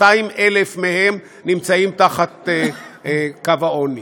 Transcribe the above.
200,000 מהם נמצאים תחת קו העוני.